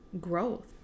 growth